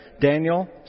Daniel